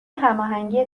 هماهنگی